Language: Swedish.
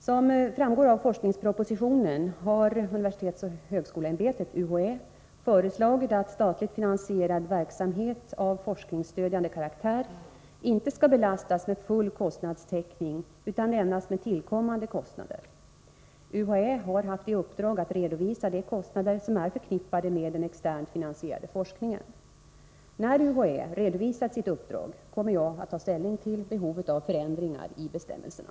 Som framgår av forskningspropositionen har universitetsoch högskoleämbetet föreslagit att statligt finansierad verksamhet av forskningsstödjande karaktär inte skall belastas med full kostnadstäckning utan endast med tillkommande kostnader. UHÄ har haft i uppdrag att redovisa de kostnader som är förknippade med den externt finansierade forskningen. När UHÄ redovisat sitt uppdrag kommer jag att ta ställning till behovet av förändringar i bestämmelserna.